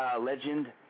legend